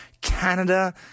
Canada